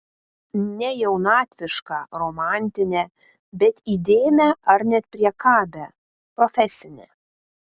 ne jaunatvišką romantinę bet įdėmią ar net priekabią profesinę